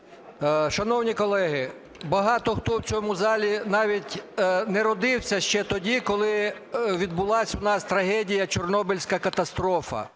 Шановні колеги! Багато хто в цьому залі навіть не родився ще тоді, коли відбулась у нас трагедія – Чорнобильська катастрофа.